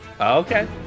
Okay